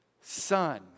Son